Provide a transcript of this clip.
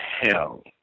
hell